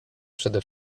przede